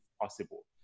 possible